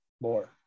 more